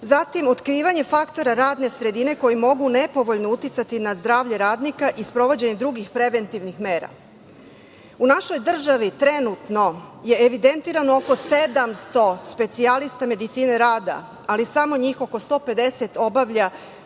zatim otkrivanje faktora radne sredine koji mogu nepovoljno uticati na zdravlje radnika i sprovođenje drugih preventivnih mera.U našoj državi trenutno je evidentirano oko 700 specijalista medicine rada, ali samo njih oko 150 obavlja